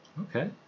Okay